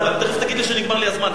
אבל תיכף תגיד לי שנגמר לי הזמן.